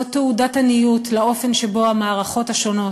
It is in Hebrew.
זאת תעודת עניות לכך שהמערכות השונות,